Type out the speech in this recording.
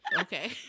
okay